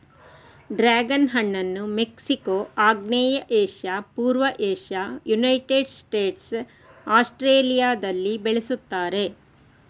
dragon ಹಣ್ಣನ್ನು Mexico, ಆಗ್ನೇಯ Asia, ಪೂರ್ವ ಏಷ್ಯಾ, ಯುನೈಟೆಡ್ ಸ್ಟೇಟ್ಸ್, ಆಸ್ಟ್ರೇಲಿಯಾದಲ್ಲಿ ಬೆಳೆಸುತ್ತಾರೆ